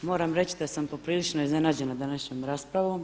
Moram reći da sam poprilično iznenađena današnjom raspravom.